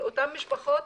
לאותם משפחות,